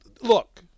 Look